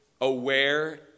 aware